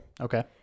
Okay